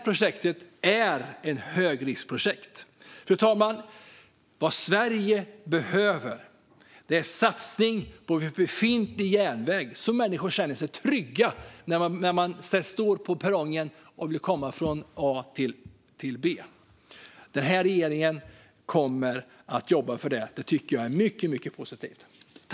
Projektet är ett högriskprojekt. Fru talman! Det Sverige behöver är en satsning på befintlig järnväg, så att människor kan känna sig trygga när de står på perrongen och vill komma från A till B. Den här regeringen kommer att jobba för det. Det tycker jag är mycket positivt.